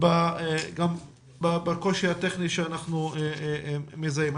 בקושי הטכני שאנחנו מזהים.